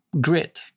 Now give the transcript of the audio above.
grit